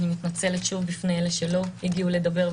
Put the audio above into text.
אני מתנצלת שוב בפני אלה שלא הגיעו לדבר,